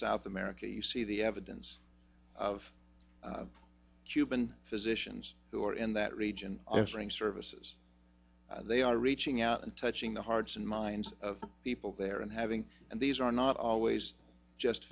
south america you see the evidence of cuban physicians who are in that region i answering services they are reaching out and touching the hearts and minds of people there and having and these are not always just